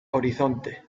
horizonte